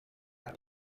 kuko